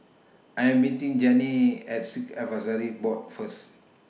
I Am meeting Janey At Sikh Advisory Board First